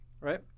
right